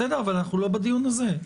בסדר, אבל אנחנו לא בדיון הזה.